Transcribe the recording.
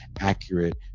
accurate